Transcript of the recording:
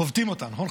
חובטים אותה, נכון?